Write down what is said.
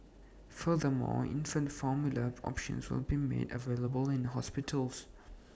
further more infant formula options will be made available in hospitals